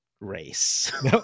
race